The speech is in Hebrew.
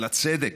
על הצדק,